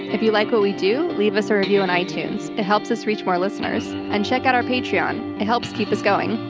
if you like what we do, leave us a review and on itunes. it helps us reach more listeners. and check out our patreon. it helps keep us going.